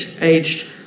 aged